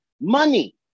Money